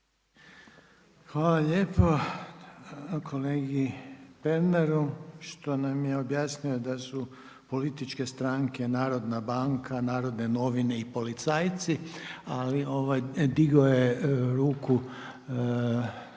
Hvala lijepo kolegi Pernaru što nam je objasnio da su političke stranke Narodna banka, Narodne novine i policajci, ali digao je ruku za